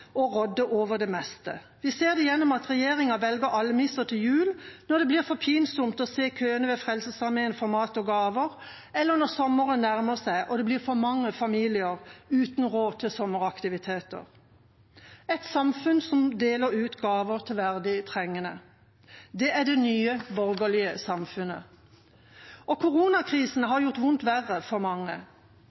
og rådde over det meste. Vi ser det gjennom at regjeringa velger almisser til jul når det blir for pinsomt å se køene ved Frelsesarmeen for mat og gaver, eller når sommeren nærmer seg, og det blir for mange familier uten råd til sommeraktiviteter. Et samfunn som deler ut gaver til verdig trengende – det er det nye borgerlige samfunnet. Koronakrisen har gjort vondt verre for mange.